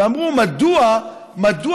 ואמרו: מדוע בכלל,